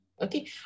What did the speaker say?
Okay